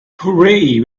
hooray